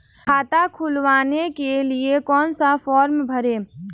खाता खुलवाने के लिए कौन सा फॉर्म भरें?